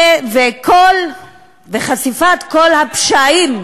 וחשיפת כל הפשעים,